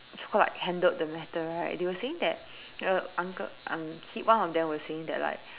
so called like handled the matter right they were saying that the uncle unc~ he one of them was saying that like